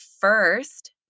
first